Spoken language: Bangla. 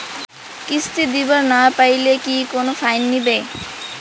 কিস্তি দিবার না পাইলে কি কোনো ফাইন নিবে?